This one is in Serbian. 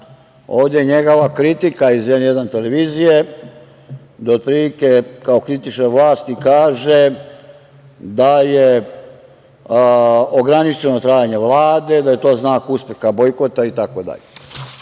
je njegova kritika iz „N1“ televizije, gde otprilike kao kritičar vlasti kaže da je ograničeno trajanje Vlade, da je to znak uspeha bojkota itd.